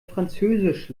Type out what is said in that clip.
französisch